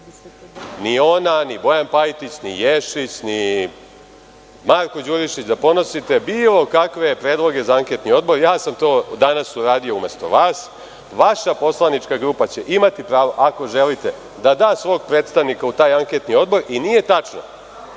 ni ona, ni Bojan Pajtić, ni Ješić, ni Marko Đurišić, da podnosite bilo kakve predloge za anketni odbor. Ja sam to uradio danas umesto vas. Vaša poslanička grupa će imati pravo, ako želite, da da svog predstavnika u taj anketni odbor. Kada